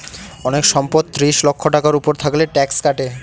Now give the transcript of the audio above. অনেক সম্পদ ত্রিশ লক্ষ টাকার উপর থাকলে ট্যাক্স কাটে